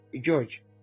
George